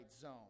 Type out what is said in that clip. Zone